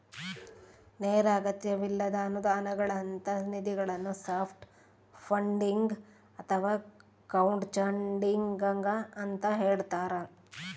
ನೇರ ಅಗತ್ಯವಿಲ್ಲದ ಅನುದಾನಗಳಂತ ನಿಧಿಗಳನ್ನು ಸಾಫ್ಟ್ ಫಂಡಿಂಗ್ ಅಥವಾ ಕ್ರೌಡ್ಫಂಡಿಂಗ ಅಂತ ಹೇಳ್ತಾರ